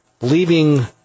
leaving